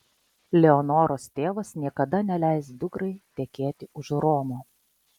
leonoros tėvas niekada neleis dukrai tekėti už romo